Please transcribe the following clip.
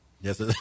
Yes